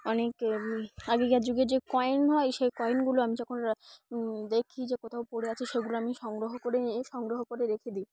অনেক আগেকার যুগে যে কয়েন হয় সেই কয়েনগুলো আমি যখন দেখি যে কোথাও পড়ে আছে সেগুলো আমি সংগ্রহ করে নিয়ে সংগ্রহ করে রেখে দিই